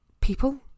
People